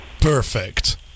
perfect